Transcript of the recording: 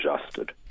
adjusted